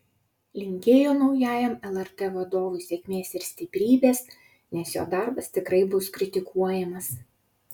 linkėjo naujajam lrt vadovui sėkmės ir stiprybės nes jo darbas tikrai bus kritikuojamas